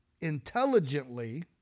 intelligently